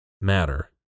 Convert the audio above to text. matter